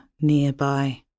nearby